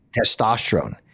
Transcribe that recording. testosterone